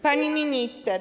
Pani Minister!